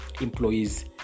employees